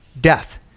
death